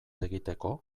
egiteko